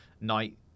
night